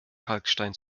kalkstein